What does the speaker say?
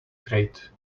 grate